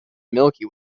milky